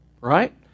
right